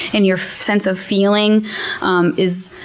and your sense of feeling um is,